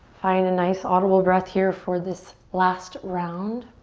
find a nice audible breath here for this last round.